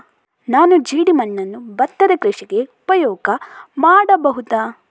ನಾನು ಜೇಡಿಮಣ್ಣನ್ನು ಭತ್ತದ ಕೃಷಿಗೆ ಉಪಯೋಗ ಮಾಡಬಹುದಾ?